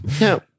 No